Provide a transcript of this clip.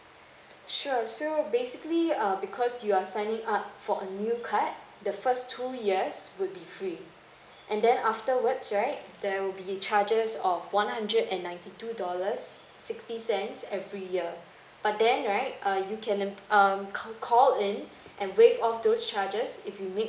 sure so basically uh because you are signing up for a new card the first two years would be free and then afterwards right there will be charges of one hundred and ninety two dollars sixty cents every year but then right uh you can um um ca~ call in and wave off those charges if you make